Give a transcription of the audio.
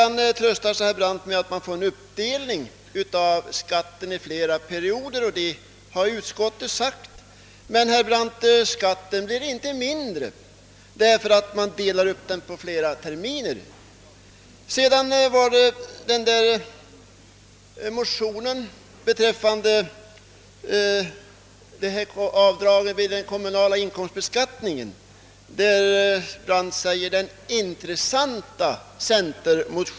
Herr Brandt tröstar sig vidare med att man får dela upp skatten på flera perioder såsom utskottet har föreslagit, men, herr Brandt, skatten blir inte mindre därför att man får dela upp inbetalningarna på flera terminer, Herr Brandt säger att centermotionen om avdraget vid den kommunala inkomstbeskattningen är intressant.